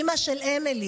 אימא של אמילי,